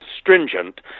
stringent